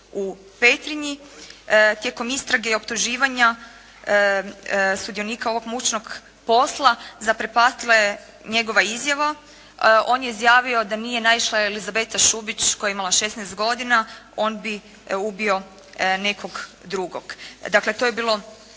u Petrinji. Tijekom istrage i optuživanja sudionika ovog mučnog posla, zaprepastila je njegova izjava. On je izjavio da nije naišla Elizabeta Šubić koja je imala 16 godina, on bio ubio nekog drugog. Dakle to je bilo